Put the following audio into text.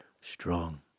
strong